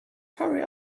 hurry